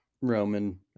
Roman